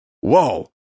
Whoa